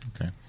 Okay